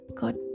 God